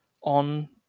on